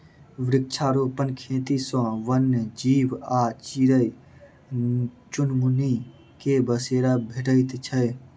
वृक्षारोपण खेती सॅ वन्य जीव आ चिड़ै चुनमुनी के बसेरा भेटैत छै